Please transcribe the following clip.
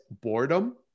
boredom